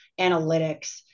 analytics